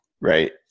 right